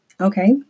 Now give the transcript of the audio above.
Okay